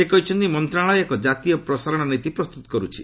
ସେ କହିଛନ୍ତି ମନ୍ତ୍ରଣାଳୟ ଏକ ଜାତୀୟ ପ୍ରସାରଣ ନୀତି ପ୍ରସ୍ତୁତ କରୁଛି